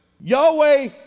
Yahweh